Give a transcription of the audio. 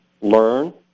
learn